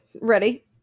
Ready